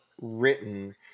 written